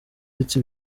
uretse